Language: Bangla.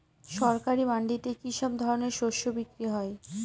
সরকারি মান্ডিতে কি সব ধরনের শস্য বিক্রি হয়?